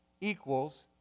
equals